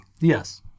Yes